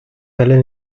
helen